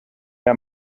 der